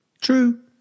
True